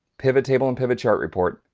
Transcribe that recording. pivottable and pivotchart report,